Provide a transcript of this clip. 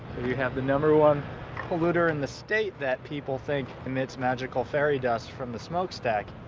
you have the number one polluter in the state that people think, and it's magical fairy dust from the smokestack.